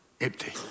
Empty